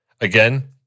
Again